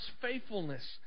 faithfulness